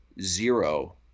zero